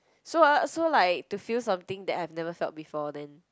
so uh so like to feel something that I've never felt before then